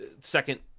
second